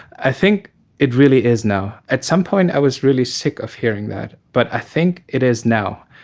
i think it really is now. at some point i was really sick of hearing that, but i think it is now.